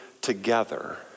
together